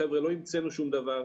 חבר'ה, לא המצאנו שום דבר.